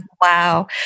Wow